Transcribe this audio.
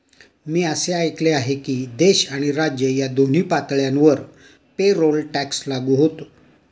मी असे ऐकले आहे की देश आणि राज्य या दोन्ही पातळ्यांवर पेरोल टॅक्स लागू होतो